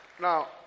now